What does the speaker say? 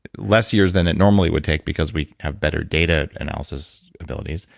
less years than it normally would take because we have better data analysis abilities.